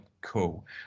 cool